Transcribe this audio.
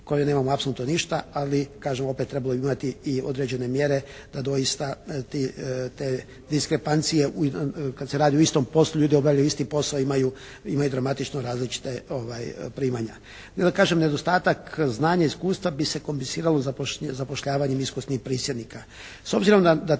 koje nemamo apsolutno ništa. Ali kažem opet trebalo bi imati i određene mjere da doista te diskrepancije u jednom, kad se radi o istom poslu, ljudi obavljaju isti posao imaju dramatično različita primanja. I da kažem nedostatak znanja i iskustva bi se kombisiralo zapošljavanjem iskusnih prisjednika.